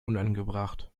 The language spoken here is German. unangebracht